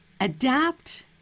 Adapt